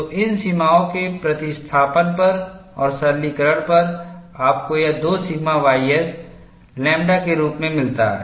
तो इन सीमाओं के प्रतिस्थापन पर और सरलीकरण पर आपको यह 2 सिग्मा ys लैम्ब्डा के रूप में मिलता है